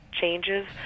changes